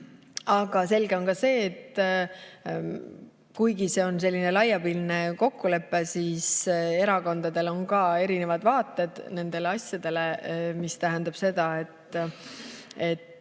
Aga selge on ka see, et kuigi see on laiapindne kokkulepe, on erakondadel erinevad vaated nendele asjadele, mis tähendab seda, et